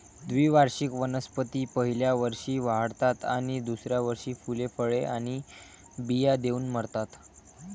द्विवार्षिक वनस्पती पहिल्या वर्षी वाढतात आणि दुसऱ्या वर्षी फुले, फळे आणि बिया देऊन मरतात